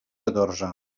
catorze